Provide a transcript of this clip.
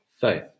faith